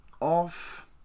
off